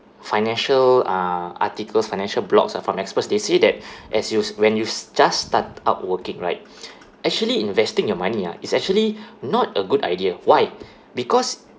financial uh articles financial blogs ah from experts they say that as you when you just start up working right actually investing your money ah it's actually not a good idea why because